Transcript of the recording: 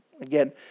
Again